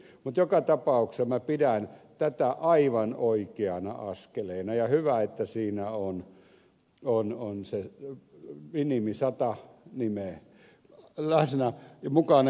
mutta joka tapauksessa minä pidän tätä aivan oikeana askeleena ja on hyvä että siinä on se minimi sata nimeä mukana